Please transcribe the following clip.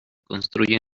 construyen